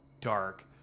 dark